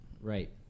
Right